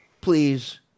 Please